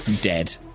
dead